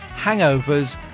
Hangovers